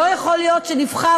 לא יכול להיות שנבחר,